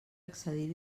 accedir